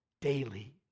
Daily